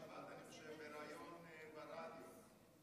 אני חושב בריאיון ברדיו,